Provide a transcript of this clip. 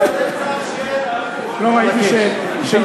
על הרצח של, לא ראיתי שהתחלפתם.